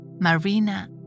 Marina